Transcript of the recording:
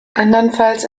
andernfalls